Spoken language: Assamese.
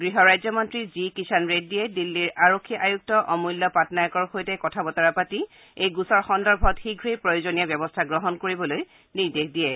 গৃহ ৰাজ্যমন্ত্ৰী জি কিষান ৰেড্ডীয়ে দিল্লীৰ আৰক্ষী আয়ুক্ত অমূল্য পাটনায়কৰ সৈতে কথা বতৰা পাতি এই গোচৰ সন্দৰ্ভত শীঘ্ৰেই প্ৰয়োজনীয় ব্যৱস্থা গ্ৰহণ কৰিবলৈ নিৰ্দেশ দিয়ে